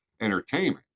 entertainment